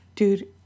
Dude